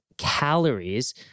Calories